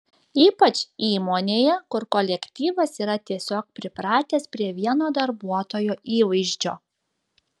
ypač įmonėje kur kolektyvas yra tiesiog pripratęs prie vieno darbuotojo įvaizdžio